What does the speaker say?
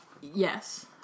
Yes